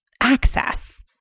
access